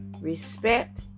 respect